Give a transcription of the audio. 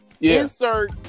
Insert